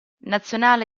nazionale